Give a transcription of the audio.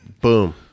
Boom